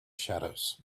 shadows